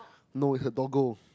no it's a doggo